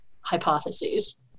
hypotheses